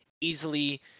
easily